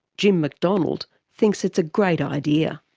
jim mcdonald thinks it's a great idea.